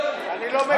אני לא מגיב.